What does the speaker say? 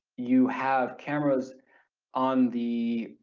you have cameras on the